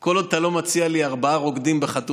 כל עוד אתה לא מציע לי ארבעה רוקדים בחתונה,